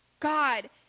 God